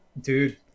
Dude